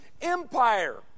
empire